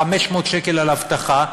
500 שקל על אבטחה,